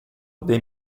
dei